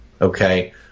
okay